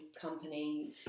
company